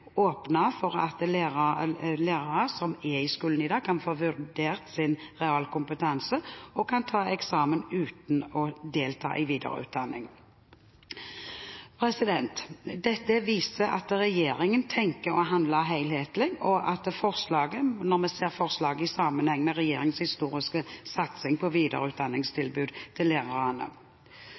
åpne for at lærere som er i skolen i dag, kan få vurdert sin realkompetanse og ta eksamen uten å delta i videreutdanning. Dette viser at regjeringen tenker og handler helhetlig, og forslaget må ses i sammenheng med regjeringens historiske satsing på videreutdanningstilbud til lærerne.